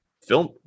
film